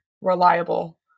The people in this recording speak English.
reliable